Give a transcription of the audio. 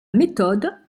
méthode